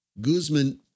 Guzman